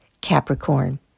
Capricorn